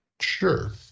Sure